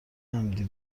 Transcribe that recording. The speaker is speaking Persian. عمدی